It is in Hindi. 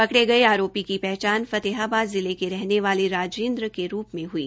पकड़े गए आरोपी की पहचान फतेहाबाद जिले के रहने वाले राजेंद्र के रूप में हई